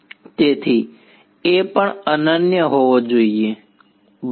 તેથી A પણ અનન્ય હોવો જોઈએ બરાબર